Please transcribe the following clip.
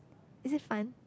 is it fun